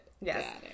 yes